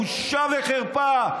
בושה וחרפה.